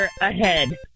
ahead